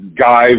Guy